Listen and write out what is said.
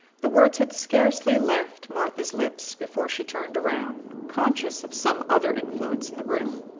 the words had scarcely left martha's lips before she turned around, conscious of some other influence in the room.